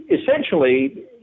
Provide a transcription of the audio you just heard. essentially